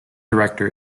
director